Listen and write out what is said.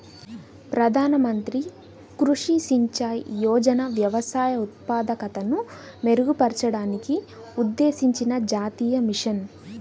ప్రధాన మంత్రి కృషి సించాయ్ యోజన వ్యవసాయ ఉత్పాదకతను మెరుగుపరచడానికి ఉద్దేశించిన జాతీయ మిషన్